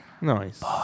Nice